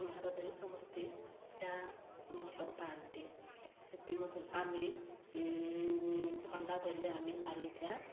ଭାରତରେ ସମସ୍ତେ ଚା ଭଲ ପାଆନ୍ତି ସେଥିମଧ୍ୟରୁ ଆମେ ଥଣ୍ଡା ଧରିଲେ ଆମେ ନାଲି ଚା